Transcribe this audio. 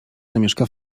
zamieszka